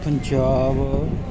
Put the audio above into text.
Punjab